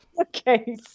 Okay